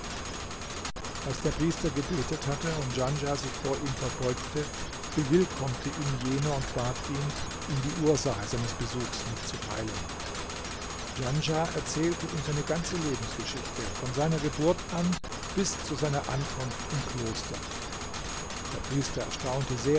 als der priester gebetet hatte und djanschah sich vor ihm verbeugte bewillkommte ihn jener und bat ihn ihm die ursache seines besuchs mitzuteilen djanschah erzählte ihm seine ganze lebensgeschichte von seiner geburt an bis zu seiner ankunft im kloster der priester erstaunte